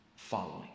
following